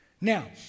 Now